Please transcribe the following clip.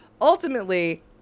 Ultimately